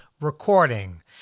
recording